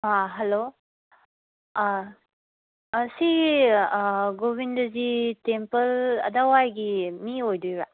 ꯑꯥ hello ꯑꯥ ꯁꯤ Govindaji temple ꯑꯗꯥꯏꯋꯥꯏꯒꯤ ꯃꯤ ꯑꯣꯏꯗꯣꯏꯔ